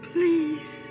Please